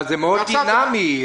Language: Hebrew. אבל זה מאוד דינמי.